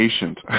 patient